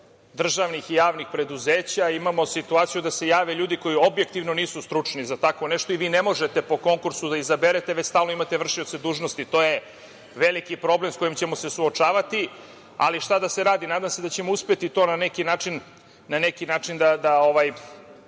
državnih i javnih preduzeća, imamo situaciju da se jave ljudi koji objektivno nisu stručni za tako nešto i vi ne možete po konkursu za izaberete, već stalno imate vršioce dužnosti. To je veliki problem sa kojim ćemo se suočavati, ali šta da se radi. Nadam se da ćemo uspeti to na neki način da